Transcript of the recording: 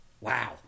Wow